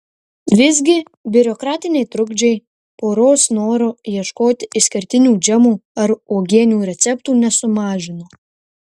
visgi biurokratiniai trukdžiai poros noro ieškoti išskirtinių džemo ar uogienių receptų nesumažino